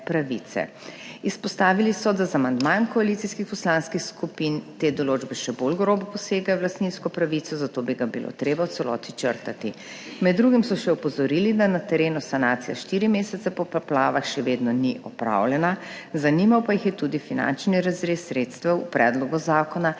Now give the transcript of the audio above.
Izpostavili so, da z amandmajem koalicijskih poslanskih skupin te določbe še bolj grobo posegajo v lastninsko pravico, zato bi ga bilo treba v celoti črtati. Med drugim so še opozorili, da na terenu sanacija 4 mesece po poplavah še vedno ni opravljena. Zanimal pa jih je tudi finančni razrez sredstev v predlogu zakona